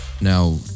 now